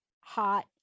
hot